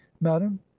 madam